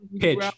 Pitch